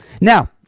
Now